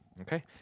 Okay